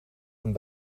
een